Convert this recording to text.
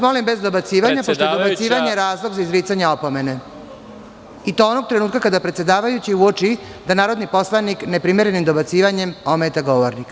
Molim vas bez dobacivanja, pošto je dobacivanje razlog za izricanje opomene onog trenutka kada predsedavajući uoči da narodni poslanik neprimerenim dobacivanjem ometa govornika.